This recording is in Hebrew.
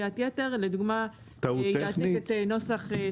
(ב)ספק גז יתאם עם צרכן גז את מועד ביצוע הבדיקה התקופתית